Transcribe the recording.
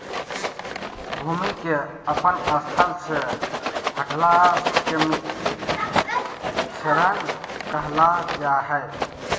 भूमि के अपन स्थान से हटला के मिट्टी क्षरण कहल जा हइ